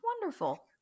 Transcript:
wonderful